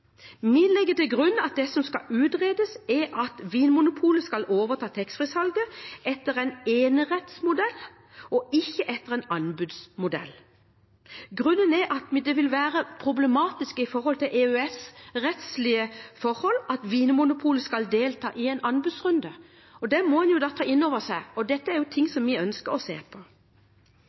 Vi legger til grunn at det som skal utredes, er om Vinmonopolet skal overta taxfree-salget etter en enerettsmodell og ikke etter en anbudsmodell. Grunnen er at det vil være problematisk med tanke på EØS-rettslige forhold at Vinmonopolet skal delta i en anbudsrunde. Det må en ta inn over seg, og dette er noe vi ønsker å se på.